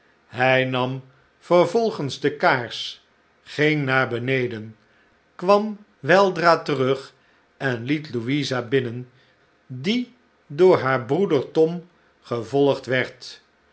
hij nam vervolgens de kaars ging naar beneden kwam weldra terug en liet louisa binnen die door haar broeder tom gevolgd werd